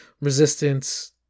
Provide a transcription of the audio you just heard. Resistance